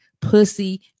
pussy